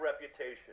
reputation